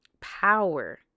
power